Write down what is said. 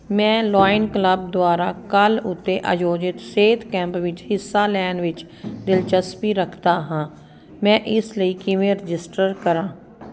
ਮੈਂ lions club ਦੁਆਰਾ ਕੱਲ੍ਹ ਉੱਤੇ ਆਯੋਜਿਤ ਸਿਹਤ ਕੈਂਪ ਵਿੱਚ ਹਿੱਸਾ ਲੈਣ ਵਿੱਚ ਦਿਲਚਸਪੀ ਰੱਖਦਾ ਹਾਂ ਮੈਂ ਇਸ ਲਈ ਕਿਵੇਂ ਰਜਿਸਟਰ ਕਰਾਂ